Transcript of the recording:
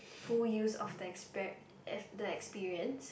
full use of the expec~ the experience